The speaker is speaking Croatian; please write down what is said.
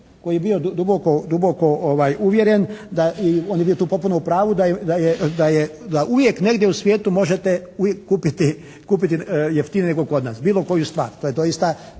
koji je bio uvjeren da, on je bio tu potpuno u pravu da uvijek negdje u svijetu možete uvijek kupiti jeftinije nego kod nas, bilo koju stvar. To je doista,